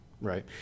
right